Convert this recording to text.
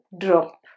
drop